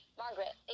Margaret